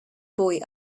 boy